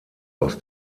aus